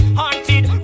haunted